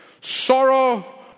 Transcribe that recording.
Sorrow